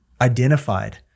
identified